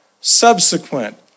subsequent